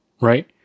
right